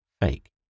fake